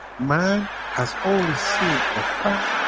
man has only seen a fraction,